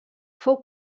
fou